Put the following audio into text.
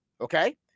Okay